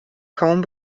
kaum